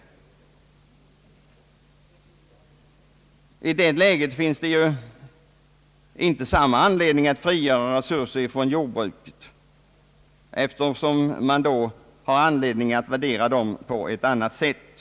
I detta läge finns det ju inte samma anledning att frigöra resurser från jordbruket eftersom man då måste värdera dem på ett annat sätt.